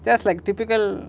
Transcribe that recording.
just like typical